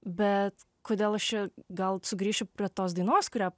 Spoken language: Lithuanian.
bet kodėl aš čia gal sugrįšiu prie tos dainos kurią